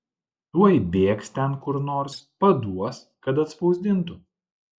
tuoj bėgs ten kur nors paduos kad atspausdintų